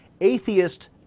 atheist